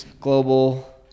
global